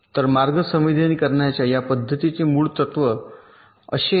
तर मार्ग संवेदीकरणाच्या या पद्धतीचे मूळ तत्व असे आहे